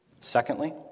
secondly